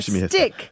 stick